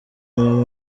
mama